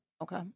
Okay